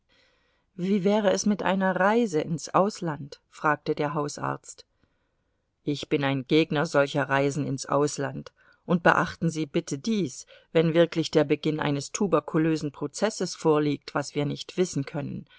wie wäre es mit einer reise ins ausland fragte der hausarzt ich bin ein gegner solcher reisen ins ausland und beachten sie bitte dies wenn wirklich der beginn eines tuberkulösen prozesses vorliegt was wir nicht wissen können